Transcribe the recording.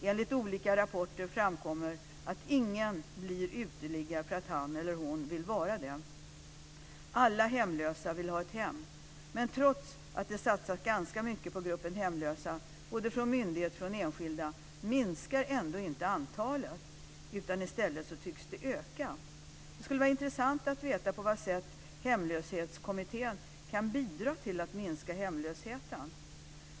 Enligt olika rapporter framkommer att ingen blir uteliggare för att han eller hon vill vara det. Alla hemlösa vill ha ett hem. Men trots att det satsas ganska mycket på gruppen hemlösa, både från myndigheter och enskilda, minskar ändå inte antalet. I stället tycks det öka. Det skulle vara intressant att veta på vad sätt Hemlöshetskommittén kan bidra till att minska hemlösheten.